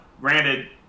granted